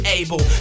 able